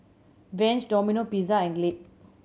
Vans Domino Pizza and Glade